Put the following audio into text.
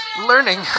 Learning